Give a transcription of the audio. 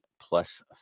plus